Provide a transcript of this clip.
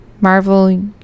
Marvel